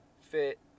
fit